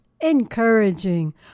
encouraging